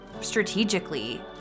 strategically